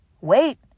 wait